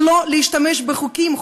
ולא להשתמש בחוקים,